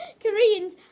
Koreans